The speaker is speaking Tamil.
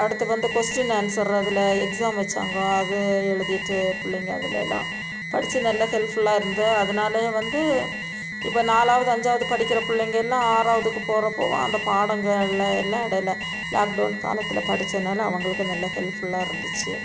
அடுத்து வந்து கொஸ்டின் ஆன்ஸர் அதில் எக்ஸாம் வச்சாங்க அது எழுதிட்டு பிள்ளைங்க அதுலெல்லாம் படிச்சு நல்ல ஹெல்ப்ஃபுல்லாக இருந்து அதனாலயே வந்து இப்போ நாலாவது அஞ்சாவது படிக்கிற பிள்ளைங்கெல்லாம் ஆறாவதுக்கு போகிற போகும் அந்த பாடங்கள் எல்லாம் எடையில லாக்டவுன் காலத்தில் படிச்சனால அவங்களுக்கு நல்ல ஹெல்ப் ஃபுல்லா இருந்துச்சு